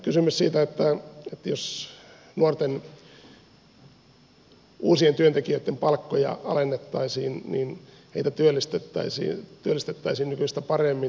kysymys siitä että jos nuorten uusien työntekijöitten palkkoja alennettaisiin niin heitä työllistettäisiin nykyistä paremmin